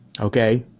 Okay